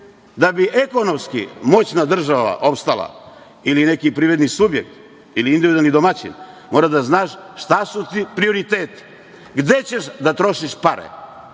bi ekonomski moćna država opstala, ili neki privredni subjekt, ili individualni domaćin, mora da znaš šta su ti prioriteti, gde ćeš da trošiš pare.